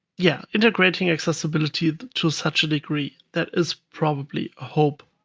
yeah, integrating accessibility to such a degree that is probably a hope,